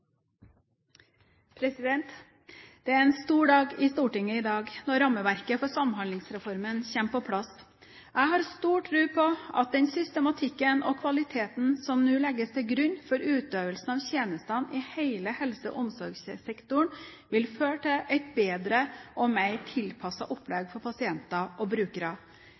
en stor dag i Stortinget i dag når rammeverket for Samhandlingsreformen kommer på plass. Jeg har stor tro på at den systematikken og kvaliteten som nå legges til grunn for utøvelsen av tjenester i hele helse- og omsorgssektoren, vil føre til et bedre og mer tilpasset opplegg for pasienter og brukere.